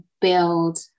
build